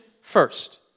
first